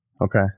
Okay